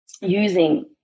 using